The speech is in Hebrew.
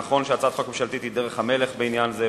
נכון שהצעת חוק ממשלתית היא דרך המלך בעניין זה,